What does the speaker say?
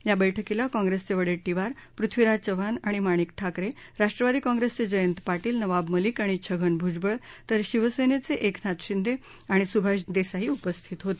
या बैठकीला काँग्रेसचे वडेट्टीवार पृथ्वीराज चव्हाण आणि मणिकराव ठाकरे राष्ट्रवादी काँग्रेसचे जयंत पाटील नवाब मलिक आणि छगन भूजबळ तर शिवसेनेचे एकनाथ शिंदे आणि सुभाष देसाई उपस्थित होते